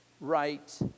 right